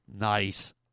Nice